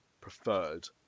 preferred